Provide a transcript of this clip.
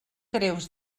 greus